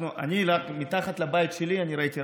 אני, מתחת לבית שלי, אני ראיתי.